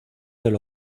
del